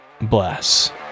bless